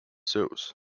zeus